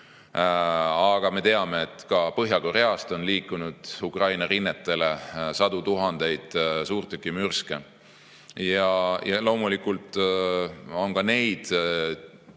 Aga me teame, et ka Põhja-Koreast on liikunud Ukraina rinnetele sadu tuhandeid suurtükimürske. Ja loomulikult on ka neid, kes